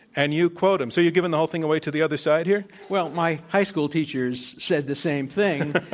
and you quote him. so you've given the whole thing away to the other side here? well, my high school teachers said the same thing.